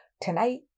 tonight